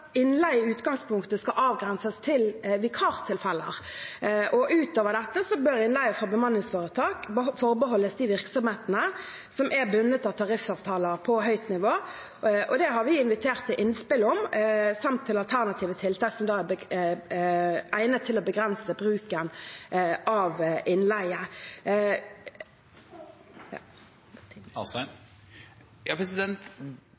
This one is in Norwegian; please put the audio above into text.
innleie i utgangspunktet skal avgrenses til vikartilfeller. Utover dette bør innleie fra bemanningsforetak forbeholdes de virksomhetene som er bundet av tariffavtaler på høyt nivå. Det har vi invitert til innspill om samt til alternative tiltak som er egnet til å begrense bruken av innleie. Det blir oppfølgingsspørsmål – først Henrik Asheim.